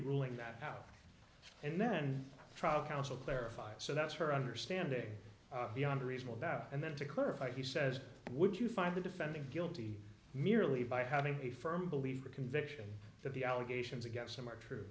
ruling that out and then trial counsel clarified so that's her understanding beyond a reasonable doubt and then to clarify he says would you find the defendant guilty merely by having a firm believer conviction that the allegations against him are true